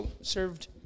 served